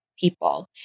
people